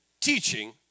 teaching